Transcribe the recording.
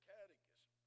Catechism